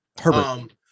Herbert